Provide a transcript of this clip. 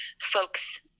folks